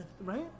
Right